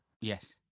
Yes